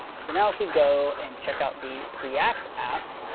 so now if we go and check out the preact app,